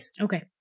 Okay